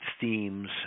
themes